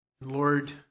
Lord